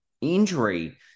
injury